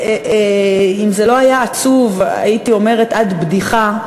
אם זה לא היה עצוב הייתי אומרת עד בדיחה,